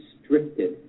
restricted